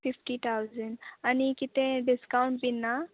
fifty thousand आनी कितें discount बीन ना